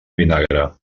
vinagre